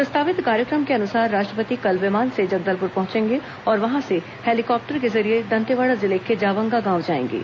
प्रस्तावित कार्यक्रम के अनुसार राष्ट्रपति कल विमान से जगदलपुर पहचेंगे और वहां से हेलीकाप्टर के जरिये दंतेवाड़ा जिले के जावंगा गांव जाएंगे